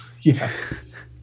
Yes